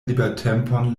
libertempon